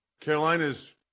Carolina's